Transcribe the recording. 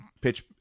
pitch